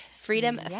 Freedom